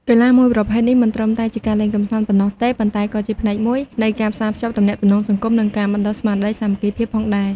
កីឡាមួយនេះមិនត្រឹមតែជាការលេងកម្សាន្តប៉ុណ្ណោះទេ ប៉ុន្តែក៏ជាផ្នែកមួយនៃការផ្សារភ្ជាប់ទំនាក់ទំនងសង្គម និងការបណ្ដុះស្មារតីសាមគ្គីភាពផងដែរ។